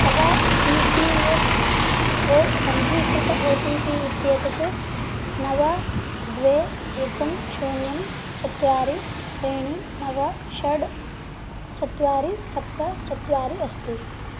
तव E P F O पञ्जीकृत O T P इत्येतत् नव द्वे एकं शून्यं चत्वारि त्रीणि नव षड् चत्वारि सप्त चत्वारि अस्ति